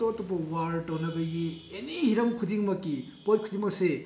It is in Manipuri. ꯑꯇꯣꯞ ꯑꯇꯣꯞꯄ ꯋꯥꯔ ꯇꯧꯅꯕꯒꯤ ꯑꯦꯅꯤ ꯍꯤꯔꯝ ꯈꯨꯗꯤꯡꯃꯛꯀꯤ ꯄꯣꯠ ꯈꯨꯗꯤꯡꯃꯛꯁꯦ